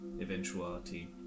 eventuality